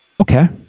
okay